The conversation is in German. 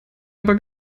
aber